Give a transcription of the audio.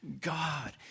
God